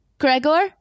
Gregor